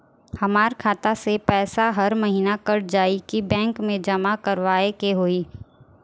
हमार खाता से पैसा हर महीना कट जायी की बैंक मे जमा करवाए के होई?